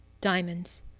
diamonds